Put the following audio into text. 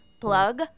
plug